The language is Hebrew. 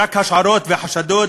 רק השערות וחשדות,